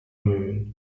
moon